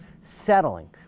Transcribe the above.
settling